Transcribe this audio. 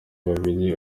babiri